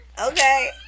Okay